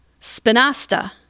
spinasta